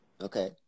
Okay